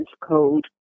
code